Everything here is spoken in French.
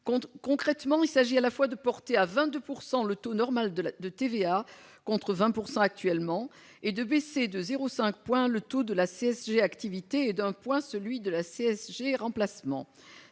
Concrètement, il s'agit à la fois de porter à 22 % le taux normal de la TVA, contre 20 % actuellement, et de baisser de 0,5 point le taux de la CSG activité et de 1 point celui de la CSG remplacement.